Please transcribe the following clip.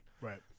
right